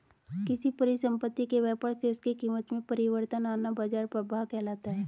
किसी परिसंपत्ति के व्यापार से उसकी कीमत में परिवर्तन आना बाजार प्रभाव कहलाता है